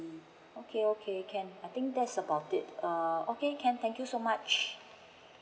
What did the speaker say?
mm okay okay can I think that's about it um okay can thank you so much